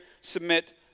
submit